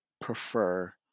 prefer